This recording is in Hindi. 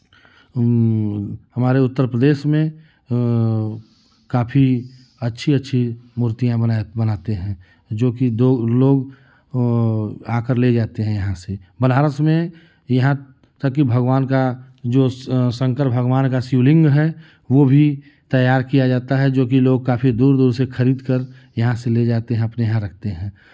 हमारे उत्तर प्रदेश में काफी अच्छी अच्छी मूर्तियाँ बना बनाते हैं जो दो लोग आकर ले जाते हैं यहाँ से बनारस में यहाँ तक कि भगवान का जो शंकर भगवान का शिवलिंग है वो भी तैयार किया जाता है जो कि लोग काफी दूर दूर से खरीद कर यहाँ से ले जाते हैं अपने यहाँ रखते हैं